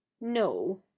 No